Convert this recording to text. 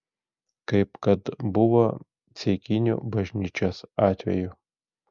kaip kad buvo ceikinių bažnyčios atveju